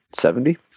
seventy